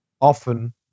Often